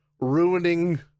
ruining